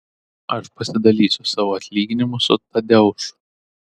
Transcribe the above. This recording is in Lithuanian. aš pasidalysiu savo atlyginimu su tadeušu